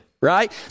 right